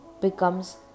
becomes